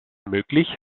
möglich